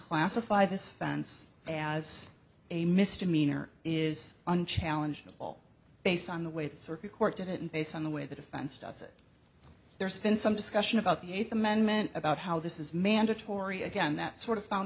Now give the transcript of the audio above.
classify this fence as a misdemeanor is unchallengeable based on the way the circuit court did it and based on the way the defense does it there's been some discussion about the eighth amendment about how this is mandatory again that sort of found